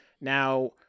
Now